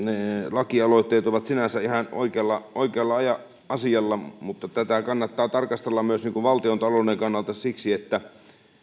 lakialoitteet ovat sinänsä ihan oikealla oikealla asialla mutta tätä kannattaa tarkastella myös valtiontalouden kannalta siksi että